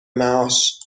معاش